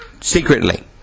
secretly